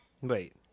Wait